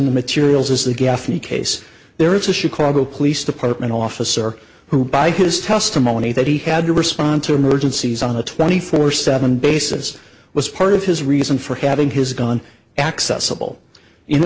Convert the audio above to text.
in the materials is that gaffney case there is a chicago police department officer who by his testimony that he had to respond to emergencies on a twenty four seven basis was part of his reason for having his gun accessible in